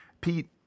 pete